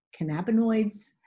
cannabinoids